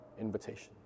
invitation